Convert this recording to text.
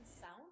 Sound